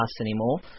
anymore